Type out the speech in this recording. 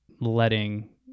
letting